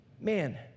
man